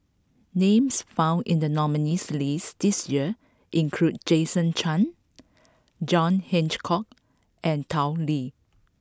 names found in the nominees' list this year include Jason Chan John Hitchcock and Tao Li